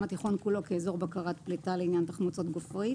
התיכון כולו כאזור בקרת פליטה לעניין תחמוצות גופרית.